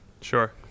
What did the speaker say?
Sure